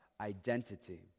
identity